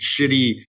shitty